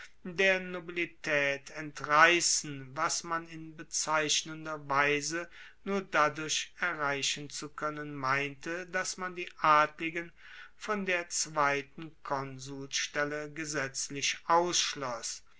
der nobilitaet entreissen was man in bezeichnender weise nur dadurch erreichen zu koennen meinte dass man die adligen von der zweiten konsulstelle gesetzlich